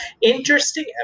interesting